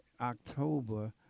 October